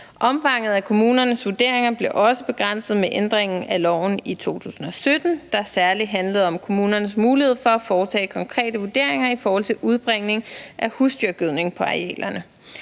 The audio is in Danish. Omfanget af kommunernes vurderinger blev også begrænset med ændringen af loven i 2017, der særlig handlede om kommunernes mulighed for at foretage konkrete vurderinger i forhold til udbringning af husdyrgødning på arealerne.